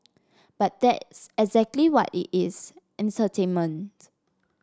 but that's exactly what it is entertainment